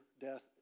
death